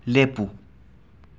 ꯂꯦꯞꯄꯨ